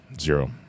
zero